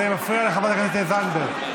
זה מפריע לחברת הכנסת זנדברג.